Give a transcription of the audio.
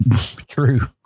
True